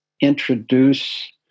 introduce